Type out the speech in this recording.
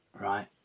Right